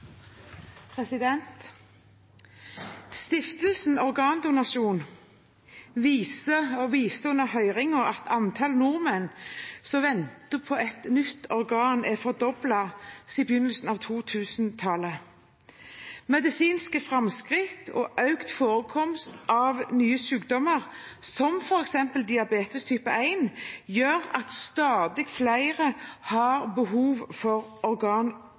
det. Stiftelsen Organdonasjon viste under høringen til at antallet nordmenn som venter på et nytt organ, er fordoblet siden begynnelsen av 2000-tallet. Medisinske framskritt og økt forekomst av nye sykdommer, som f.eks. diabetes type 1, gjør at stadig flere har behov for